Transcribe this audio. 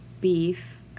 beef